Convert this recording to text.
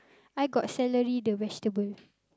I got celery the vegetable